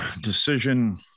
decision